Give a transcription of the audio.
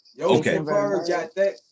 okay